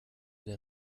der